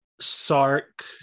Sark